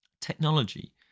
Technology